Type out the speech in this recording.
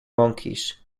monkeys